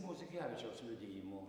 muzikevičiaus liudijimu